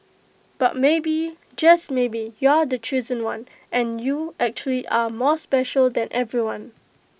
but maybe just maybe you're the chosen one and you actually are more special than everyone